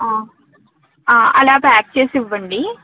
అలా ప్యాక్ చేసివ్వండి